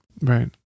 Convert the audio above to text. Right